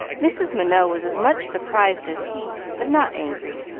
mrs. minot was as much surprised as he, but not angry,